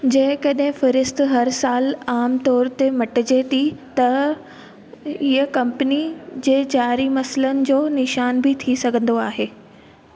जंहिं कॾहिं फ़हरिस्त हर साल आम तौरु ते मटिजे थी त हीअ कंपनी जे ज़ारी मसाइलन जो निशान बि थी सघंदो आहे